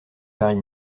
paris